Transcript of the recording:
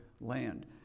land